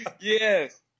Yes